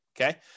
okay